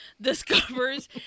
discovers